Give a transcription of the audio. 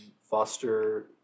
foster